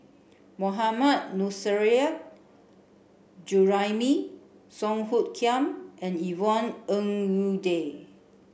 Mohammad Nurrasyid Juraimi Song Hoot Kiam and Yvonne Ng Uhde